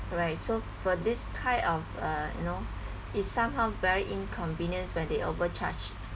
correct so for this kind of uh you know it's somehow very inconvenience when they overcharge